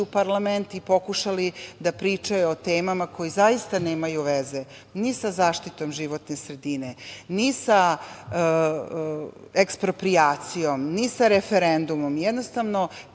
u parlament i pokušali da pričaju o temama koje zaista nemaju veze ni sa zaštitom životne sredine, ni sa eksproprijacijom, ni sa referendumom. Jednostavno,